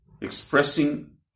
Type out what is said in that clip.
expressing